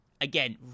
again